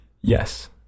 Yes